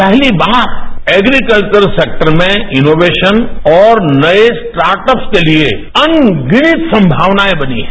पहली बार agriculture sector में इनोवेशन और नये स्टार्ट अप के लिए अनगिनत संभावनाएं बनी हैं